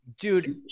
Dude